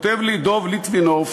כותב לי דב ליטבינוף,